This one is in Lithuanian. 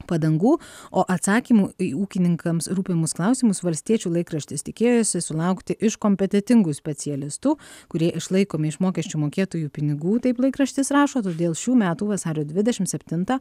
padangų o atsakymų į ūkininkams rūpimus klausimus valstiečių laikraštis tikėjosi sulaukti iš kompetentingų specialistų kurie išlaikomi iš mokesčių mokėtojų pinigų taip laikraštis rašo todėl šių metų vasario dvidešim septintą